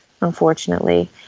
unfortunately